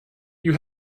you